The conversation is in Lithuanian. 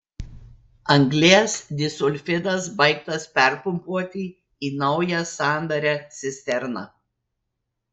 anglies disulfidas baigtas perpumpuoti į naują sandarią cisterną